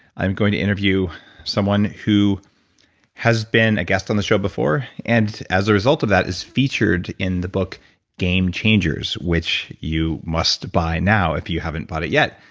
i'm going to interview someone who has been a guest on the show before, and as a result of that is featured in the book game changers, which you must buy now if you haven't bought it yet.